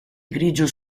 grigio